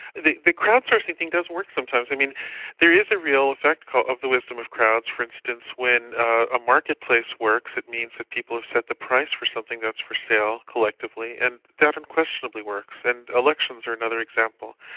the the crowd sourcing thing does work sometimes. i mean there is a real effect kind of the wisdom of crowds for instance, when a marketplace works, it means that people have set the price for something that's for sale collectively, and that unquestionably works. and elections are another example.